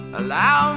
allow